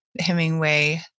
hemingway